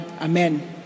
amen